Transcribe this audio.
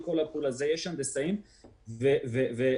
במאבק הגדול שהיה ב-2007 או ב-2008 המירו מבחנים